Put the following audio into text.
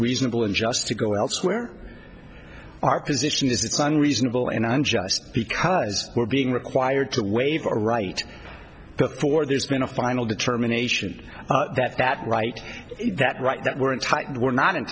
reasonable and just to go elsewhere our position is it's unreasonable and i'm just because we're being required to waive our right before there's been a final determination that that right that right that we're entitled we're not